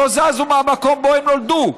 לא זזו מהמקום שבו הם נולדו.